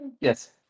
Yes